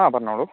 ആ പറഞ്ഞോളു